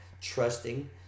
trusting